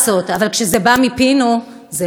אבל כשזה בא מפינו זה לא טוב.